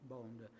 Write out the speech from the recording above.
Bond